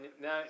now